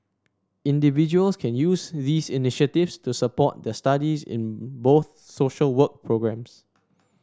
individuals can use these initiatives to support their studies in both social work programmes